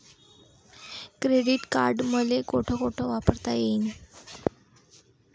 Credit card मले कोठ कोठ वापरता येईन?